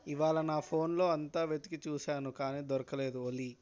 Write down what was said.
ఇవాళ నా ఫోన్లో అంతా వెతికిచూసాను కానీ దొరకలేదు ఓలీ